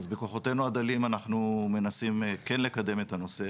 אז בכוחותינו הדלים אנחנו מנסים כן לקדם את הנושא